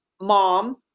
Mom